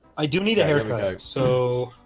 i do need a haircut so